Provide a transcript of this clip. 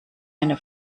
eine